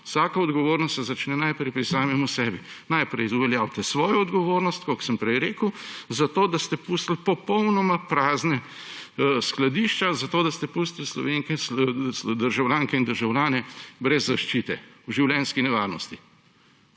vsaka odgovornost se začne najprej pri samemu sebi. Najprej uveljavite svojo odgovornost, tako kot sem prej rekel, da ste pustili popolnoma prazna skladišča, da ste pustili državljanke in državljane brez zaščite, v življenjski nevarnosti.